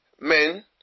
men